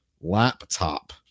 laptop